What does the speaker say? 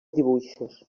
dibuixos